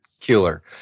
killer